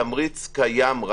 התמריץ קיים,